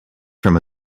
from